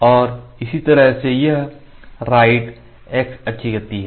और इसी तरह से यह right x अक्ष गति है